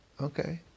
okay